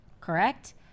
Correct